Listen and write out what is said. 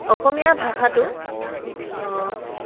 অসমীয়া ভাষাটো